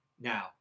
now